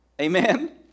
Amen